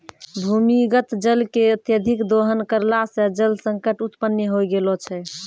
भूमीगत जल के अत्यधिक दोहन करला सें जल संकट उत्पन्न होय गेलो छै